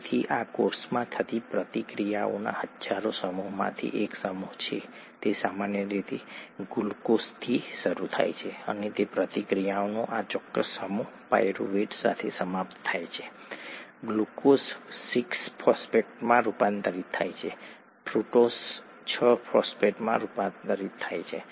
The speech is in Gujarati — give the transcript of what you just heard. તેથી આ કોષમાં થતી પ્રતિક્રિયાઓના હજારો સમૂહોમાંથી એક સમૂહ છે તે સામાન્ય રીતે ગ્લુકોઝથી શરૂ થાય છે અને પ્રતિક્રિયાનો આ ચોક્કસ સમૂહ પાયરુવેટ સાથે સમાપ્ત થાય છે ગ્લુકોઝ ગ્લુકોઝ સિક્સ ફોસ્ફેટમાં રૂપાંતરિત થાય છે ફ્રુક્ટોઝ છ ફોસ્ફેટમાં રૂપાંતરિત થાય છે